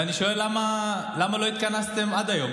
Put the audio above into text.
ואני שואל: למה לא התכנסתם עד היום?